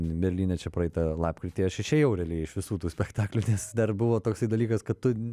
berlyne čia praeitą lapkritį aš išėjau realiai iš visų tų spektaklių nes dar buvo toksai dalykas kad tu